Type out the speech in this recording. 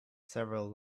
several